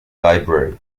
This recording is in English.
library